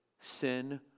Sin